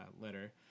letter